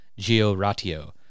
GeoRatio